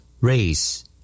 Race